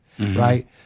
right